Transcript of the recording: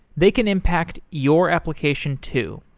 they can impact your application too.